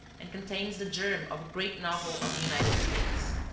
and contains the germ of a great novel of the united states.